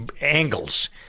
angles